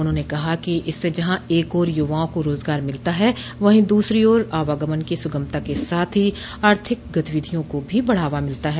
उन्होंने कहा कि इससे जहां एक ओर युवाओं को रोजगार मिलता है वहीं दूसरी ओर आवागमन की सुगमता के साथ साथ आर्थिक गतिविधियों को भी बढ़ावा मिलता है